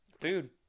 Food